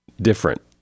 different